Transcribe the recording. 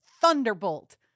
Thunderbolt